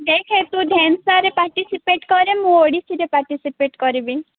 ଦେଖେ ତୁ ପାର୍ଟିସିପେଟ୍ କରେ ମୁଁ ଓଡ଼ିଶୀରେ ପାର୍ଟିସିପେଟ୍ କରିବି